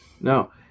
no